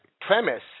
premise